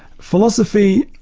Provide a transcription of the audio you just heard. philosophy,